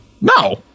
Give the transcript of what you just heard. No